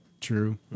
True